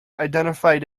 identified